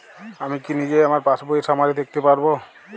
আমি কি নিজেই আমার পাসবইয়ের সামারি দেখতে পারব?